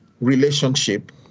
relationship